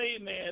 amen